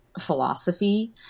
philosophy